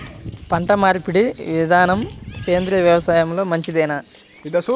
పంటమార్పిడి విధానము సేంద్రియ వ్యవసాయంలో మంచిదేనా?